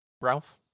Ralph